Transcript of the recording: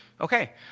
Okay